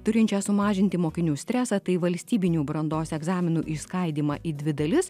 turinčią sumažinti mokinių stresą tai valstybinių brandos egzaminų išskaidymą į dvi dalis